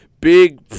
Big